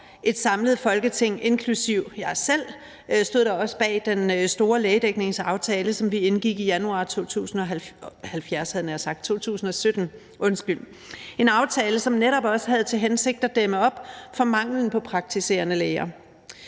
et samlet Folketing, inklusive mig selv, støtter også op om den store lægedækningsaftale, som vi indgik i januar 2017 – en aftale, som netop også havde til hensigt at dæmme op for manglen på praktiserende læger,